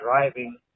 driving